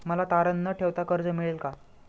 मला तारण न ठेवता कर्ज मिळेल का?